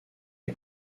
est